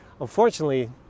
unfortunately